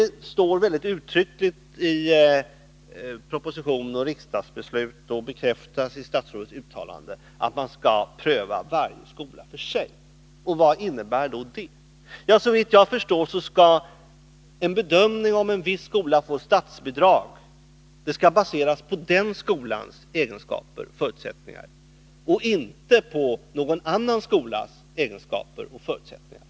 Det står mycket uttryckligt i proposition och riksdagsbeslut — och det bekräftas av statsrådets uttalande — att man skall pröva varje skola för sig. Vad innebär då det? Såvitt jag förstår skall en bedömning av huruvida en viss skola skall få statsbidrag baseras på den skolans egenskaper och förutsättningar och inte på någon annan skolas egenskaper och förutsättningar.